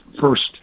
first